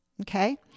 okay